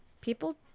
People